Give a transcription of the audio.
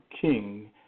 king